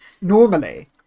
Normally